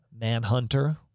Manhunter